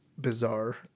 bizarre